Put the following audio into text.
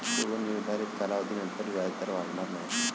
पूर्व निर्धारित कालावधीनंतर व्याजदर वाढणार नाही